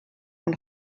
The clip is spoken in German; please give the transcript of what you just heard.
und